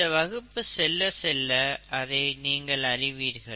இந்த வகுப்பு செல்ல செல்ல அதை நீங்கள் அறிவீர்கள்